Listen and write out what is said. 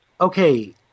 okay